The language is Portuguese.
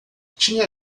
tinha